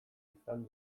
izan